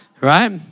Right